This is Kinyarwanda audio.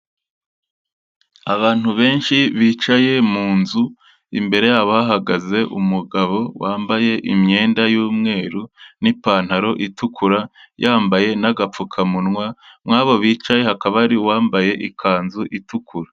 Abantu benshi bicaye mu nzu, imbere yabo hahagaze umugabo wambaye imyenda y'umweru n'ipantaro itukura, yambaye n'agapfukamunwa muri abo bicaye, hakaba hari uwambaye ikanzu itukura.